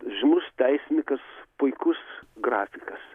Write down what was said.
žymus teisininkas puikus grafikas